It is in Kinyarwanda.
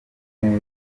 neza